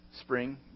spring